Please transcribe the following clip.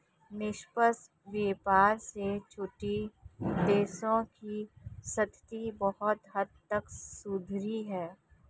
निष्पक्ष व्यापार से छोटे देशों की स्थिति बहुत हद तक सुधरी है